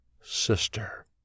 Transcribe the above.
sister